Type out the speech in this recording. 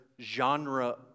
genre